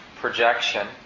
projection